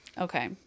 Okay